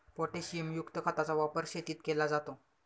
पोटॅशियमयुक्त खताचा वापर शेतीत केला जातो